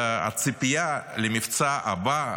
הציפייה למבצע הבא,